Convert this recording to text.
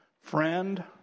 friend